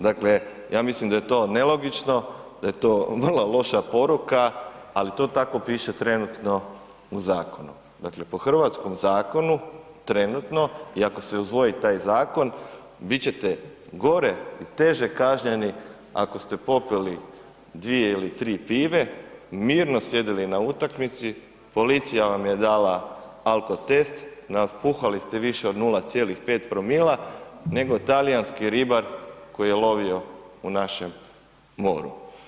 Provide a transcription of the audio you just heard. Dakle, ja mislim da je to nelogično, da je to vrlo loša poruka, ali to tako piše trenutno u zakonu, dakle po hrvatskom zakonu trenutno i ako se usvoji taj zakon, bit ćete gore i teže kažnjeni ako ste popili dvije ili 3 pive, mirno sjedili na utakmici, policija vam je dala alkotest, napuhali ste više od 0,5 promila nego talijanski ribar koji je lovio u našem moru.